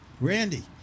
Randy